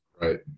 Right